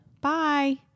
Bye